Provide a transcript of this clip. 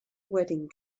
wedding